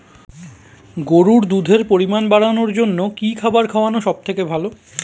গরুর দুধের পরিমাণ বাড়ানোর জন্য কি খাবার খাওয়ানো সবথেকে ভালো?